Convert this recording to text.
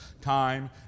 time